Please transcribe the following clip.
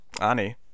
Annie